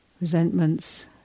resentments